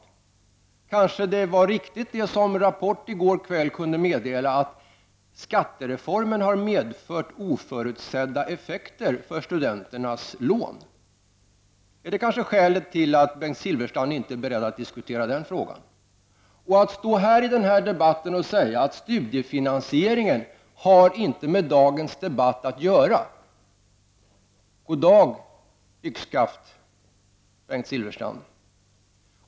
Det kanske är riktigt, som Rapport kunde meddela i går kväll, att skattereformen har medfört oförutsedda effekter för studenternas lån. Är det skälet till att Bengt Silfverstrand inte är beredd att diskutera den frågan? När Bengt Silfverstrand påstår att studiefinansieringen inte har med dagens debatt att göra säger jag god dag yxskaft.